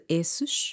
esses